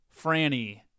Franny